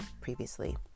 previously